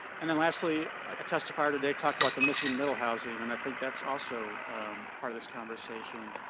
and then lastly, a testifier today talked about the missing middle housing. and i think that's also part of this conversation.